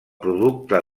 producte